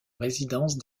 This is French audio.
résidence